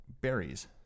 berries